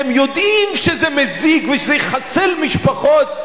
אתם יודעים שזה מזיק ושזה יחסל משפחות,